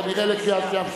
כנראה לקריאה שנייה ושלישית.